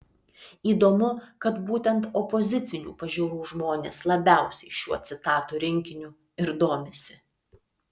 įdomu kad būtent opozicinių pažiūrų žmonės labiausiai šiuo citatų rinkiniu ir domisi